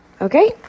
Okay